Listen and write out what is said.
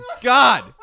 God